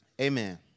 Amen